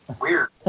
Weird